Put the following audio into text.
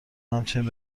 همچنین